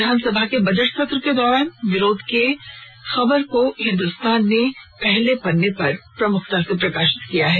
विधानसभा के बजट सत्र के दौरान विपक्ष के विरोध की खबर को हिंदुस्तान ने पहले पन्ने पर प्रमुखता से प्रकाशित किया है